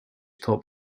top